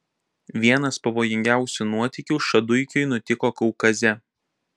vienas pavojingiausių nuotykių šaduikiui nutiko kaukaze